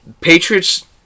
Patriots